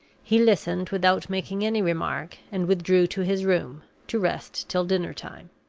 he listened without making any remark, and withdrew to his room, to rest till dinner-time.